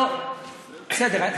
לא, בסדר.